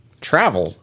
Travel